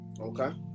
Okay